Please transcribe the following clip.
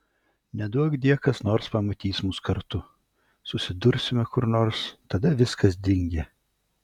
neduokdie kas nors pamatys mus kartu susidursime kur nors tada viskas dingę